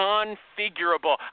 Configurable